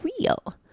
real